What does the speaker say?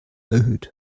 erhöht